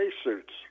spacesuits